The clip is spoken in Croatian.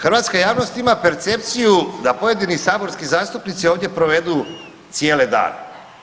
Hrvatska javnost ima percepciju da pojedini saborski zastupnici ovdje provedu cijele dane.